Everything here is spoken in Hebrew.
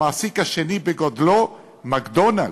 המעסיק השני בגודלו, "מקדונלד'ס",